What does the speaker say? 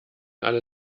alle